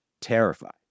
terrified